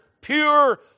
pure